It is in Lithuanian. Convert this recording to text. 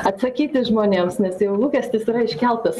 atsakyti žmonėms nes jau lūkestis yra iškeltas